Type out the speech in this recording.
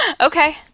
Okay